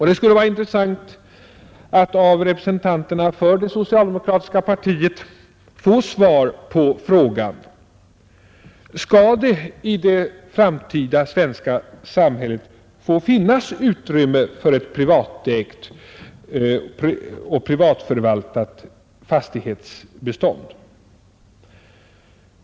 Det skulle vara intressant att av representanterna för det socialdemokratiska partiet få svar på frågan: Skall det i det framtida svenska samhället få finnas utrymme för ett privatägt och privatförvaltat fastighetsbestånd?